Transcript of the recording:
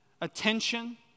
attention